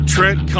Trent